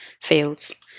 fields